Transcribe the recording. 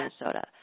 Minnesota